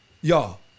Y'all